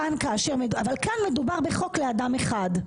חוק יסוד: